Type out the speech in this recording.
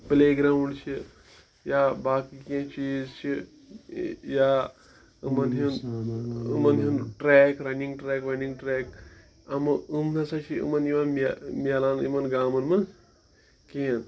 پٕلے ground چھِ یا باقی کینٛہہ چیٖز چھِ یا یِمَن ہِنٛز یِمَن ہُنٛد ٹرٛیک رَنِنٛگ ٹرٛیک وَنِنٛگ ٹرٛیک یِمَو یِم نَہ سا چھِ یِمَن یِوان مےٚ میلان یِمَن گامَن منز کِہیٖنۍ